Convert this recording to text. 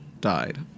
died